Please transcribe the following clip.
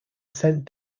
sent